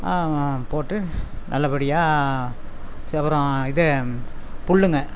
போட்டு நல்லபடியாக செவரும் இது புல்லுங்க